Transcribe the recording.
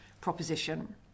proposition